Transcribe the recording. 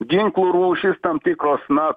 ginklų rūšys tam tikros na